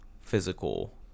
physical